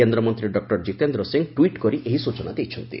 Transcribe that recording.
କେନ୍ଦ୍ରମନ୍ତ୍ରୀ doctor Jitendra Singh tweet କରି ଏହି ସ୍ବଚନା ଦେଇଛନ୍ତି